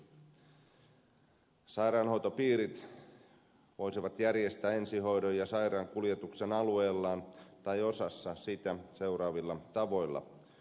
sairaanhoitopiirit voisivat järjestää ensihoidon ja sairaankuljetuksen alueellaan tai osassa sitä seuraavilla tavoilla